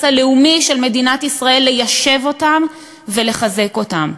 הלאומי של מדינת ישראל ליישב אותם ולחזק אותם.